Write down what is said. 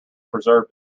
preserve